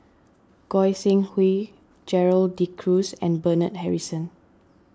Goi Seng Hui Gerald De Cruz and Bernard Harrison